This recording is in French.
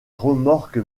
remorque